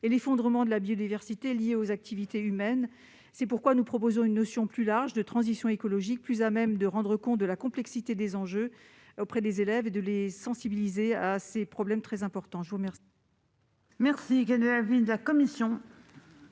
et à l'effondrement de la biodiversité liés aux activités humaines. C'est pourquoi nous proposons d'introduire une notion plus large de transition écologique, plus à même de rendre compte de la complexité des enjeux auprès des élèves et de les sensibiliser à ces sujets très importants. Quel est l'avis de la commission ?